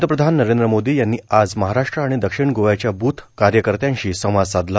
पंतप्रधान नरेंद्र मोदी यांनी आज महाराष्ट्र आणि दक्षिण गोव्याच्या बूथ कार्यकर्त्यांशी संवाद साधला